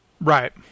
Right